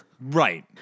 right